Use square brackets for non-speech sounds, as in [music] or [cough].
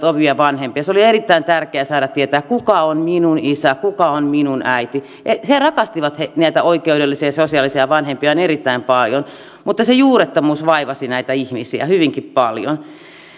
[unintelligible] omia vanhempiaan oli erittäin tärkeää saada tietää kuka on minun isäni kuka on minun äitini he rakastivat näitä oikeudellisia ja sosiaalisia vanhempiaan erittäin paljon mutta se juurettomuus vaivasi näitä ihmisiä hyvinkin paljon